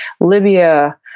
Libya